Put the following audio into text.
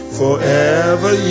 forever